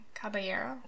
Caballero